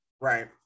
Right